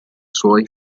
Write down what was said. suoi